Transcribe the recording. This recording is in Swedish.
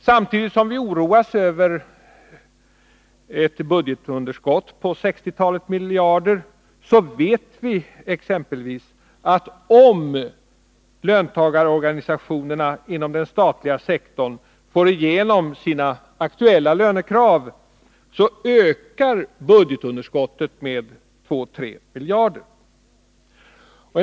Samtidigt som vi oroas över ett budgetunderskott på sextiotalet miljarder vet vi exempelvis att om löntagarorganisationerna inom den statliga sektorn får igenom sina aktuella lönekrav ökar budgetunderskottet med 2-3 miljarder kronor.